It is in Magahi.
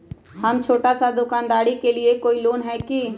हम छोटा सा दुकानदारी के लिए कोई लोन है कि?